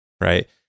right